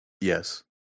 yes